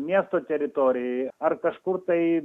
miesto teritorijoje ar kažkur tai